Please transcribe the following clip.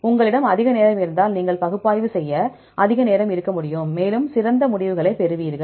உங்களிடம் அதிக நேரம் இருந்தால் நீங்கள் பகுப்பாய்வு செய்ய அதிக நேரம் இருக்க முடியும் மேலும் சிறந்த முடிவுகளைப் பெறுவீர்கள்